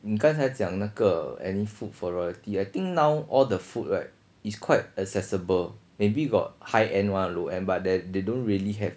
你刚才讲那个 any food for royalty I think now all the food right is quite accessible maybe got high end one low end but that they don't really have